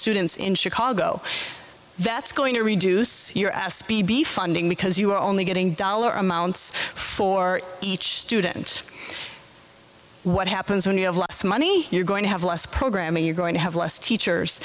students in chicago that's going to reduce your ass b b funding because you're only getting dollar amounts for each student what happens when you have less money you're going to have less programming you're going to have less teachers